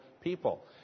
people